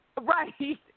Right